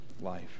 life